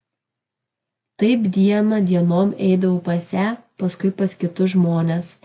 taip diena dienon eidavau pas ją paskui pas kitus žmones